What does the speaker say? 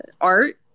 art